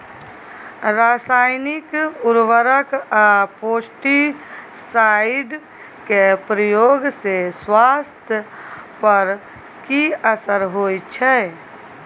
रसायनिक उर्वरक आ पेस्टिसाइड के प्रयोग से स्वास्थ्य पर कि असर होए छै?